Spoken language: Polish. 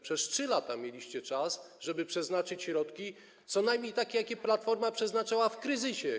Przez 3 lata mieliście czas, żeby przeznaczyć środki co najmniej takie, jakie Platforma przeznaczała w kryzysie.